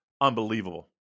unbelievable